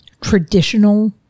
traditional